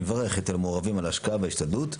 אני מברך את המעורבים על ההשקעה וההשתדלות.